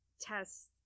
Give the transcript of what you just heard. test